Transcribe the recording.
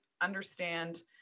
understand